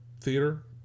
theater